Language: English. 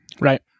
Right